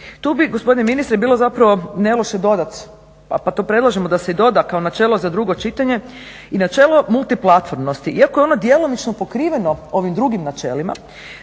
Tu bi gospodine ministre bilo zapravo ne loše dodati pa to predlažemo da se i doda kao načelo za drugo pitanje i načelo multiplatformnosti iako je ono djelomično pokriveno ovim drugim načelima